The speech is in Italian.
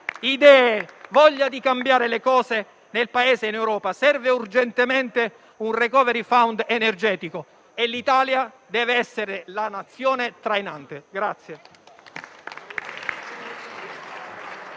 idee, voglia di cambiare le cose nel Paese e in Europa e, urgentemente, un *recovery fund* energetico, di cui l'Italia dev'essere la Nazione trainante.